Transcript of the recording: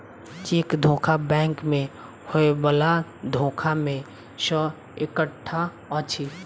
cheque धोखा bank मे होयबला धोखा मे सॅ एकटा अछि